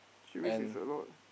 three weeks is a lot